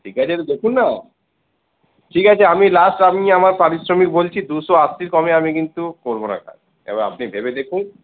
ঠিক আছে একটু দেখুন না ঠিক আছে আমি লাস্ট আমি আমার পারিশ্রমিক বলছি দুশো আশির কমে আমি কিন্তু করবো না কাজ এবার আপনি ভেবে দেখুন